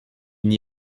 n’y